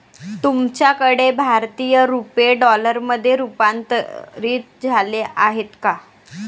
तुमच्याकडे भारतीय रुपये डॉलरमध्ये रूपांतरित झाले आहेत का?